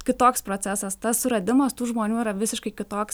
kitoks procesas tas suradimas tų žmonių yra visiškai kitoks